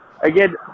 Again